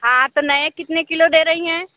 हाँ तो नये कितने किलो दे रही हैं